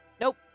Nope